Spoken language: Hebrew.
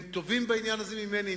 הם טובים בזה ממני.